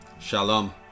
Shalom